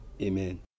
amen